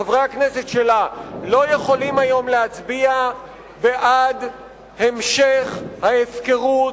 חברי הכנסת שלה לא יכולים היום להצביע בעד המשך ההפקרות,